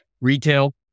retail